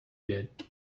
did